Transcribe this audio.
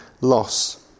loss